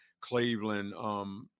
Cleveland